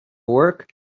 work